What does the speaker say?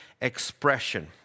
expression